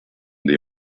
the